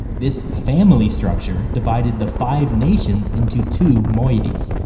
this family structure divided the five nations into two moieties.